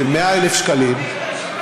של 100,000 שקלים,